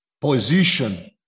position